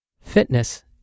fitness